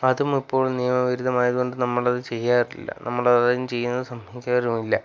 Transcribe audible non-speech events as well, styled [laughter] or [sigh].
അതും ഇപ്പോള് നിയമവിരുദ്ധമായതുകൊണ്ട് നമ്മളത് ചെയ്യാറില്ല നമ്മളത് ചെയ്യുന്നത് [unintelligible]